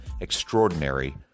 Extraordinary